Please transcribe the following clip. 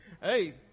Hey